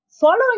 following